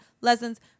lessons